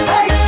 Hey